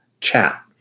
chat